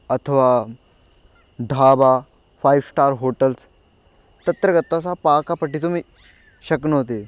अथवा dhaba five star hotels तत्र गत्वा सः पाकं पठितुं शक्नोति